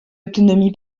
autonomie